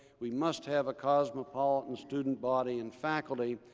we must have a cosmopolitan student body and faculty.